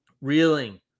reeling